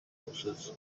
sources